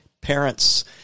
parents